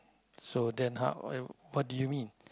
so then how what what do you mean